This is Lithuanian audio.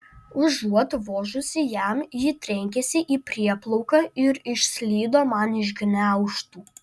užuot vožusi jam ji trenkėsi į prieplauką ir išslydo man iš gniaužtų